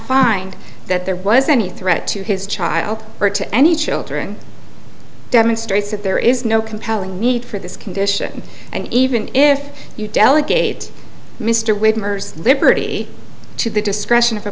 find that there was any threat to his child or to any children demonstrates that there is no compelling need for this condition and even if you delegate mr wade murs liberty to the discretion of a